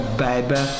baby